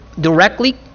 directly